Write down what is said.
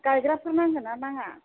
गायग्राफोर नांगोना नाङा